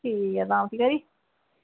ठीक ऐ भी तां खरी